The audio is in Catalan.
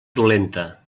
dolenta